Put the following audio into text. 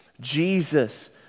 Jesus